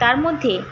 তার মধ্যে